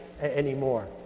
anymore